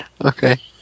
okay